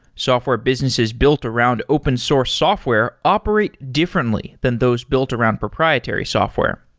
software businesses built around open source software operate differently than those built around proprietary software.